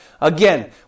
Again